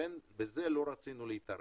לכן בזה לא רצינו להתערב.